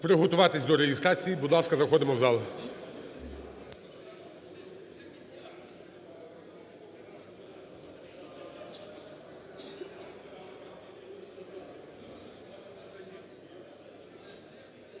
приготуватись до реєстрації. Будь ласка, заходимо в зал.